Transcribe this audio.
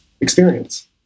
experience